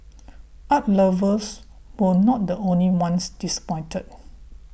art lovers were not the only ones disappointed